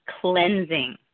cleansing